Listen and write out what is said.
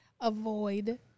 avoid